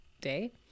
day